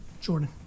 Jordan